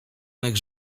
mych